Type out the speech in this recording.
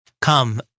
Come